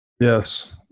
Yes